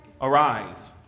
Arise